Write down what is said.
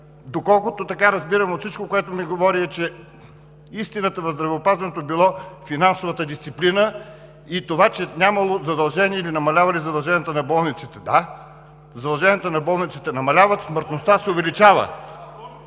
доколкото разбирам от всичко, което ми говори, е, че истината в здравеопазването била във финансовата дисциплина и това, че нямало задължения или намалявали задълженията на болниците. Да, задълженията на болниците намаляват, смъртността се увеличава.